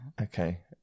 Okay